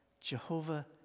Jehovah